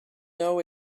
know